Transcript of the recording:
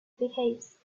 behaves